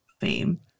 fame